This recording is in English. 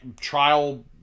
trial